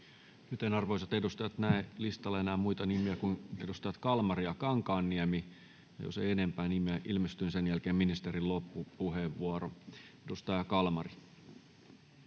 arvoisat edustajat, en näe listalla enää muita nimiä kuin edustajat Kalmari ja Kankaanniemi. Jos ei enempää nimiä ilmesty, niin niiden jälkeen ministerin loppupuheenvuoro. — Edustaja Kalmari.